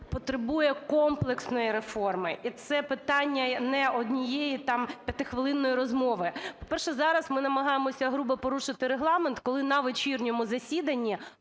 потребує комплексної реформи, і це питання не однієї там п'ятихвилинної розмови. По-перше, зараз ми намагаємося грубо порушити Регламент, коли на вечірньому засіданні